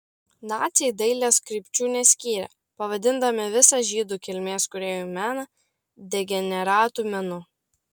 naciai dailės krypčių neskyrė pavadindami visą žydų kilmės kūrėjų meną degeneratų menu